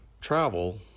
travel